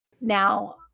now